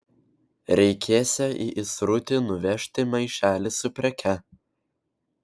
reikėsią į įsrutį nuvežti maišelį su preke